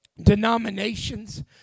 denominations